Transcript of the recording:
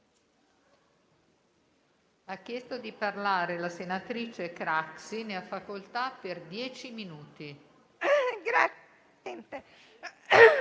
Grazie!